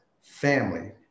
family